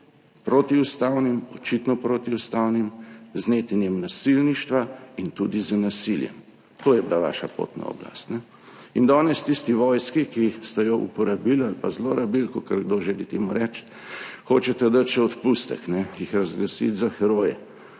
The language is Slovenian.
protiustavnim, očitno protiustavnim, z netenjem nasilništva in tudi z nasiljem. To je bila vaša pot na oblast. Danes tisti vojski, ki ste jo uporabili ali pa zlorabili, kakor kdo želi temu reči, hočete dati še odpustek, jih razglasiti za heroje.